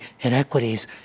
inequities